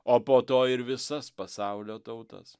o po to ir visas pasaulio tautas